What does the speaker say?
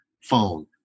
phone